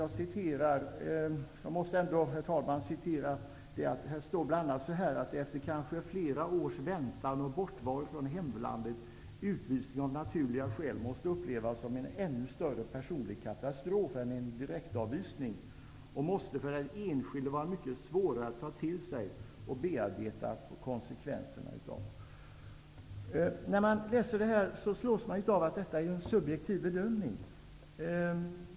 Det står bl.a. så här: ''En utvisning efter kanske flera års väntan och bortovaro från hemlandet måste av naturliga skäl upplevas som en ännu större personlig katastrof än en direktavvisning och måste för den enskilde vara mycket svårare att ta till sig och bearbeta konsekvenserna av.'' När jag läser det här, slås jag av att detta är en subjektiv bedömning.